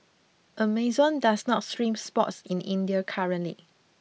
Amazon does not stream sports in India currently